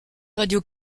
radio